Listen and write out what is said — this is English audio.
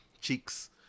cheeks